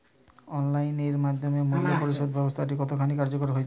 Online এর মাধ্যমে মূল্য পরিশোধ ব্যাবস্থাটি কতখানি কার্যকর হয়েচে?